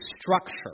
structure